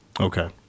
Okay